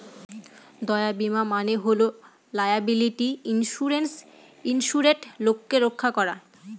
দায় বীমা মানে হল লায়াবিলিটি ইন্সুরেন্সে ইন্সুরেড লোককে রক্ষা করা